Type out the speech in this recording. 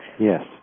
Yes